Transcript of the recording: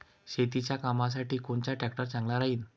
शेतीच्या कामासाठी कोनचा ट्रॅक्टर चांगला राहीन?